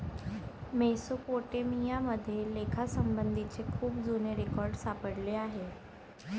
Mesopotamia मध्ये लेखासंबंधीचे खूप जुने रेकॉर्ड सापडले आहेत